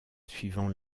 suivant